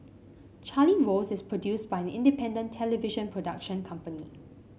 Charlie Rose is produced by an independent television production company